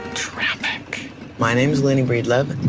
traffic my name is lynnee breedlove.